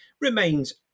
remains